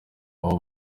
aho